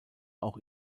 auch